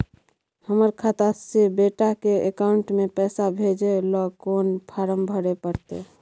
हमर खाता से बेटा के अकाउंट में पैसा भेजै ल कोन फारम भरै परतै?